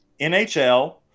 NHL